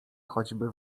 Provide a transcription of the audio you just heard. choćby